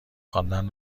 خواندن